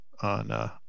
on